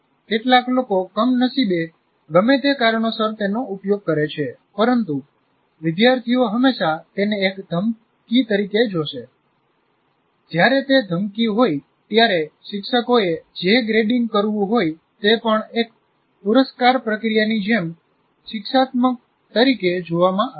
કેટલાક લોકો કમનસીબે ગમે તે કારણોસર તેનો ઉપયોગ કરે છે પરંતુ વિદ્યાર્થીઓ હંમેશા તેને એક ધમકી તરીકે જોશે જ્યારે તે ધમકી હોય ત્યારે શિક્ષકોએ જે ગ્રેડિંગ કરવું હોય તે પણ એક પુરસ્કાર પ્રક્રિયાની જેમ શિક્ષાત્મક તરીકે જોવામાં આવે છે